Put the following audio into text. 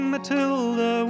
Matilda